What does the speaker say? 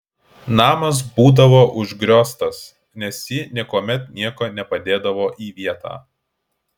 namas būdavo užgrioztas nes ji niekuomet nieko nepadėdavo į vietą